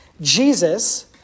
Jesus